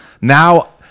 Now